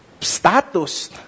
status